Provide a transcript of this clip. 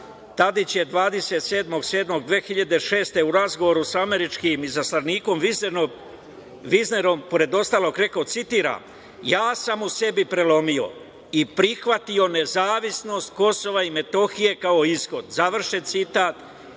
Tadić je 27.7.2006. godine u razgovoru sa američkim izaslanikom Viznerom, pored ostalog, rekao, citiram - ja sam u sebi prelomio i prihvatio nezavisnost KiM kao ishod. Završen citat.